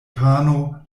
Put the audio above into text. pano